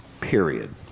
Period